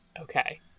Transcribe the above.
Okay